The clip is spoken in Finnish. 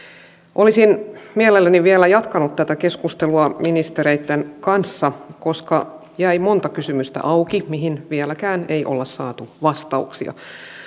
olisin mielelläni vielä jatkanut tätä keskustelua ministereitten kanssa koska auki jäi monta kysymystä mihin vieläkään ei olla saatu vastauksia